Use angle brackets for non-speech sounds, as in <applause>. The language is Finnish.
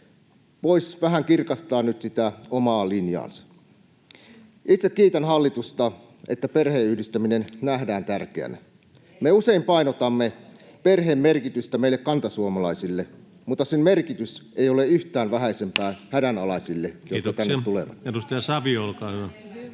Voisi vähän kirkastaa nyt sitä omaa linjaansa. Itse kiitän hallitusta, että perheenyhdistäminen nähdään tärkeänä. Me usein painotamme perheen merkitystä meille kantasuomalaisille, mutta sen merkitys ei ole yhtään vähäisempää hädänalaisille, <noise> jotka tänne